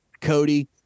cody